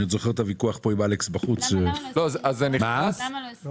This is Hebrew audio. אני זוכר את הוויכוח פה עם אלכס בחוץ --- למה לא הסכימו?